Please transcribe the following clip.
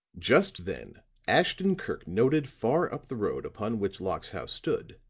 just then ashton-kirk noted far up the road upon which locke's house stood,